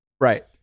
Right